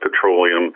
petroleum